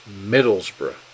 Middlesbrough